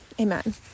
Amen